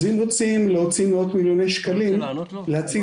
אז אם רוצים להוציא מאות מיליוני שקלים כדי להציל